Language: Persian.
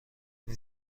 این